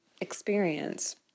experience